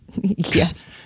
Yes